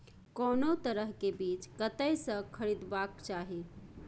कोनो तरह के बीज कतय स खरीदबाक चाही?